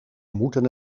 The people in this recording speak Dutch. moeten